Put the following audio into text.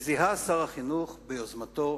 וזיהה שר החינוך ביוזמתו,